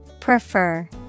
Prefer